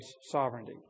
sovereignty